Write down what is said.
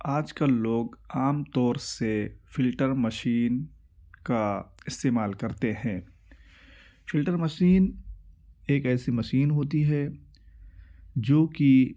آج کل لوگ عام طور سے فلٹر مشین کا اسعمال کرتے ہیں فلٹر مشین ایک ایسی مشین ہوتی ہے جو کہ